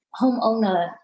homeowner